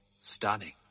stunning